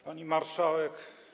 Pani Marszałek!